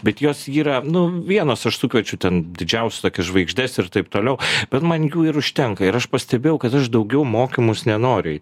bet jos yra nu vienos aš sukviečiu ten didžiausias tokias žvaigždes ir taip toliau bet man jų ir užtenka ir aš pastebėjau kad aš daugiau į mokymus nenoriu eit